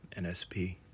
NSP